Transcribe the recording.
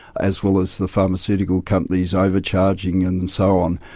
as well as the pharmaceutical companies overcharging and and so on,